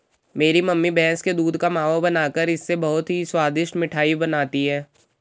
मेरी मम्मी भैंस के दूध का मावा बनाकर इससे बहुत ही स्वादिष्ट मिठाई बनाती हैं